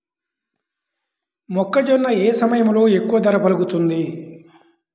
మొక్కజొన్న ఏ సమయంలో ఎక్కువ ధర పలుకుతుంది?